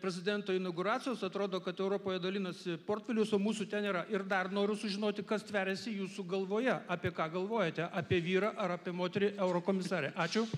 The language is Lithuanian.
prezidento inauguracijos atrodo kad europoje dalinasi portfelius o mūsų ten nėra ir dar noriu sužinoti kas tveriasi jūsų galvoje apie ką galvojate apie vyrą ar apie moterį eurokomisarę ačiū